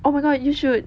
oh my god you should